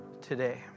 today